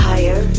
Higher